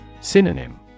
Synonym